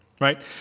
right